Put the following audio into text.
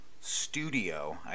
studio